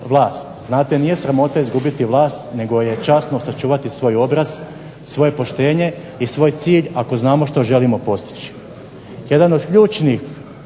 Znate nije sramota izgubiti vlast nego je časno sačuvati svoj obraz i svoje poštenje i svoj cilj, ako znamo što želimo postići.